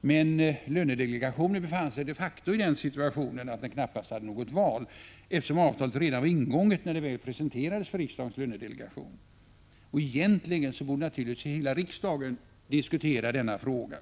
Men lönedelegationen befann sig de facto i den situationen att den knappast hade något val, eftersom avtalet redan var ingånget när det väl presenterades för riksdagens lönedelegation. Egentligen borde naturligtvis hela riksdagen ha fått diskutera denna fråga.